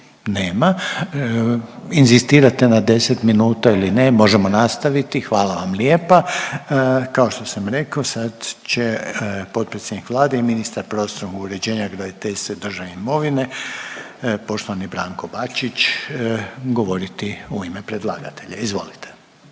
Nema. Inzistirate na 10 minuta ili ne? Možemo nastaviti? Hvala vam lijepa. Kao što sam rekao sad će potpredsjednik Vlade i ministar prostornog uređenja, graditeljstva i državne imovine poštovani Branko Bačić govoriti u ime predlagatelja. Izvolite.